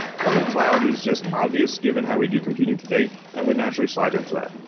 quantum cloud is just obvious given how we do computing today and would naturally slide into that.